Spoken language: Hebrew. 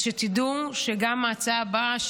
אז שתדעו שגם ההצעה הבאה,